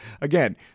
again